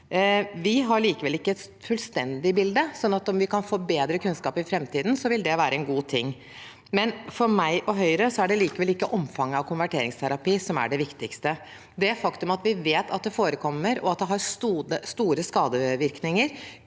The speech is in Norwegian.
Vi har likevel ikke et fullstendig bilde, så om vi kan få bedre kunnskap i framtiden, vil det være en god ting. For meg og Høyre er det likevel ikke omfanget av konverteringsterapi som er det viktigste. Det faktum at vi vet at det forekommer, og at det har store skadevirkninger,